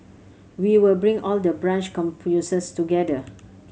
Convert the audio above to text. we will bring all the branch campuses together